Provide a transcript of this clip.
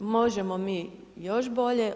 Možemo mi još bolje.